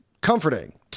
comforting